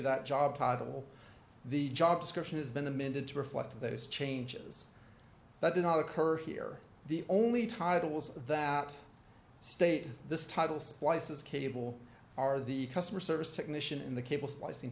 that job title the job description has been amended to reflect those changes that did not occur here the only titles that state this title splices cable are the customer service technician in the cable slicing